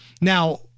Now